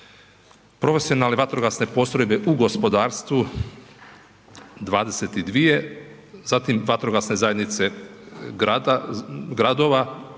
profesionalne vatrogasne postrojbe u gospodarstvu 22, zatim vatrogasne zajednice grada,